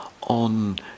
on